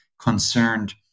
concerned